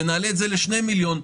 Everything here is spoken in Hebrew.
ונעלה את זה ל-2 מיליון,